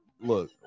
look